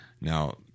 Now